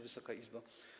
Wysoka Izbo!